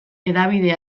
hedabide